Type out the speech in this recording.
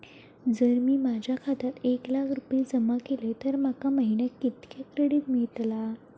जर मी माझ्या खात्यात एक लाख रुपये जमा केलय तर माका महिन्याक कितक्या क्रेडिट मेलतला?